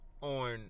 on